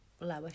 lower